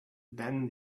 then